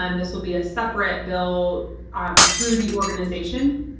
um this will be a separate bill ah um through the organization.